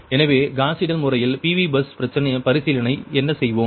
எனவே Gauss Seidel முறையில் PV bus பரிசீலனை என்ன செய்வோம்